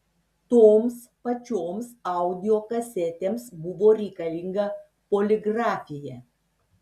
toms pačioms audio kasetėms buvo reikalinga poligrafija